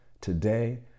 today